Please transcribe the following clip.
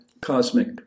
cosmic